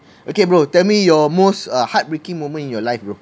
okay bro tell me your most uh heartbreaking moment in your life bro